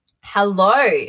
Hello